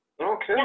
Okay